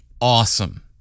awesome